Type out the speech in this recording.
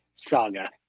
Saga